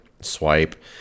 swipe